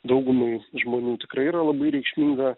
daugumai žmonių tikrai yra labai reikšminga